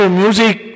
music